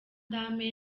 damme